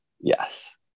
yes